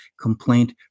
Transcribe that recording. complaint